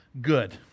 good